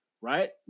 right